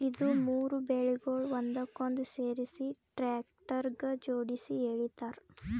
ಇದು ಮೂರು ಬೇಲ್ಗೊಳ್ ಒಂದಕ್ಕೊಂದು ಸೇರಿಸಿ ಟ್ರ್ಯಾಕ್ಟರ್ಗ ಜೋಡುಸಿ ಎಳಿತಾರ್